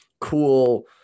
cool